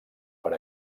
per